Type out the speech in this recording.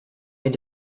and